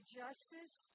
justice